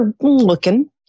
Looking